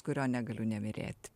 kurio negaliu nemylėti